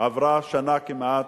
עברה שנה כמעט,